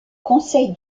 conseil